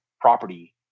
property